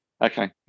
Okay